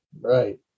right